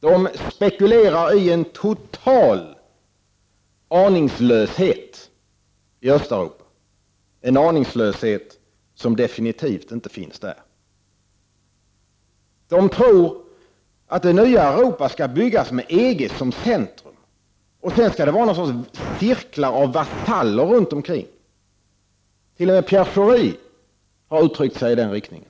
De spekulerar i en total aningslöshet i Östeuropa, en aningslöshet som 13 december 1989 absolut inte finns där. De tror att det nya Europa skall byggas med EGsSom GG centrum, och sedan skall det vara något slags cirklar av vasaller runt omkring. T.o.m. Pierre Schori har uttryckt sig i den riktningen.